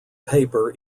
paper